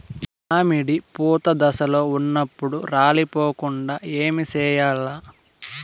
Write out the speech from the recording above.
మామిడి పూత దశలో ఉన్నప్పుడు రాలిపోకుండ ఏమిచేయాల్ల?